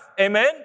Amen